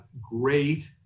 great